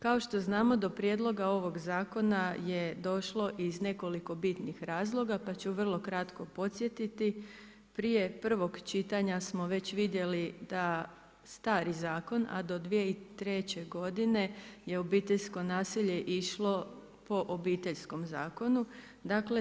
Kao što znamo do prijedloga ovog zakona je došlo iz nekoliko bitnih razloga, pa ću vrlo kratko podsjetiti, prije prvog čitanja, smo već vidjeli da stari zakon, a do 2003. godine je obiteljsko nasilje išlo po obiteljskom zakonom.